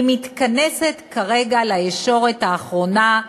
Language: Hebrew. והיא מתכנסת כרגע לישורת האחרונה,